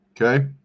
okay